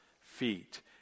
feet